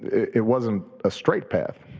it wasn't a straight path.